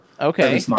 Okay